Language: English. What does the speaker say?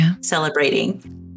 celebrating